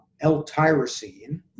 l-tyrosine